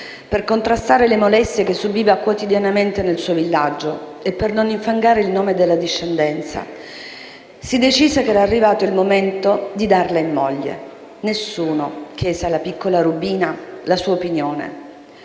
per contrastare le molestie che subiva quotidianamente nel suo villaggio e per non infangare il nome della discendenza, si decise che era arrivato il momento di darla in moglie. Nessuno chiese alla piccola Rubina la sua opinione